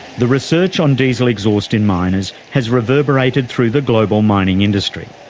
the research on diesel exhaust in miners has reverberated through the global mining industry.